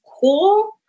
cool